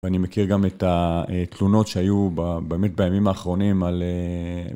ואני מכיר גם את התלונות שהיו באמת בימים האחרונים על...